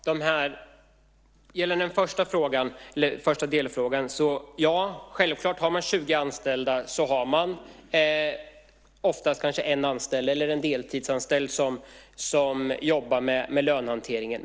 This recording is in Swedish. Herr talman! Först gäller det den första delfrågan. Ja, självklart, har man 20 anställda har man oftast kanske en anställd eller en deltidsanställd som jobbar med lönehanteringen.